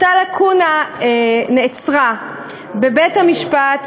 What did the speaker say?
אותה לקונה נעצרה בבית-המשפט,